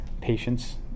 patience